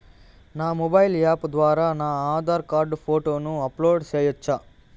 నా mobile app ద్వారా నా ఆధార్ కార్డు ఫోటోను అప్లోడ్ సేయొచ్చా?